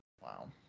Wow